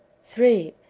three.